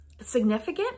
Significant